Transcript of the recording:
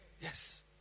Yes